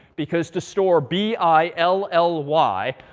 because to store b, i, l, l, y,